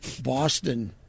Boston